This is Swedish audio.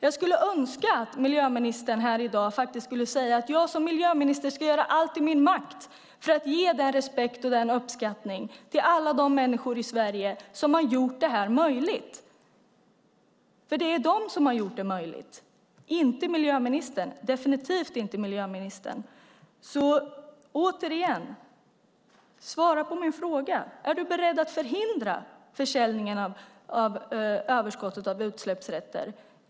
Jag skulle önska att miljöministern här i dag skulle säga: "Jag som miljöminister ska göra allt som står i min makt för att ge respekt och uppskattning till alla de människor i Sverige som har gjort detta möjligt." Till dem hör definitivt inte miljöministern. Svara på min fråga! Är du beredd att förhindra försäljningen av överskottet av utsläppsrätter?